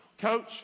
Coach